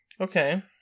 Okay